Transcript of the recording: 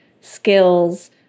skills